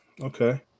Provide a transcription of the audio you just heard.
Okay